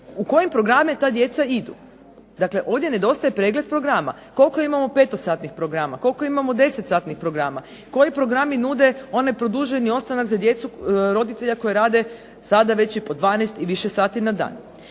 u koje programe ta djeca idu. Dakle, ovdje nedostaje pregled programa. Koliko imamo 5-satnih programa, koliko imamo 10-satnih programa? Koji programi nude onaj produženi ostanak za djecu roditelja koji rade sada već i po 12 i više sati na dan?